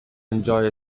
enjoy